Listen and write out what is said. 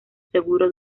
seguro